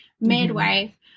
midwife